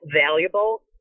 valuable